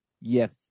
yes